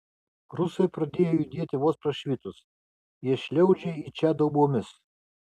rusai pradėjo judėti vos prašvitus jie šliaužia į čia daubomis